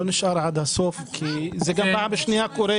לא חיכה לסוף כי זה פעם שנייה קורה